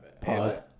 Pause